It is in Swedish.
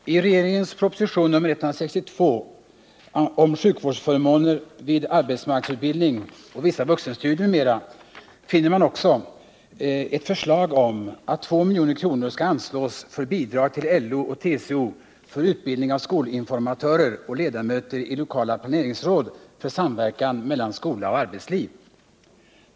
Herr talman! I regeringens proposition 162 om sjukvårdsförmåner vid arbetsmarknadsutbildning och vissa vuxenstudier, m.m. finner man också ett förslag om att 2 milj.kr. skall anslås för bidrag till LO och TCO för utbildning av skolinformatörer och ledamöter i lokala planeringsråd för samverkan mellan skola och arbetsliv.